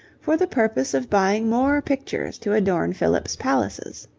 for the purpose of buying more pictures to adorn philip's palaces.